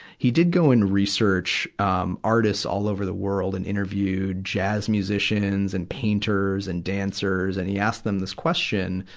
he did go and research, um, artists all over the world and interviewed jazz musicians and painters and dancers, and he asked them this question.